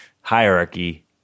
hierarchy